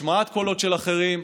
השמעת קולות של אחרים,